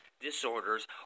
disorders